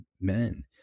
men